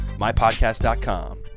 MyPodcast.com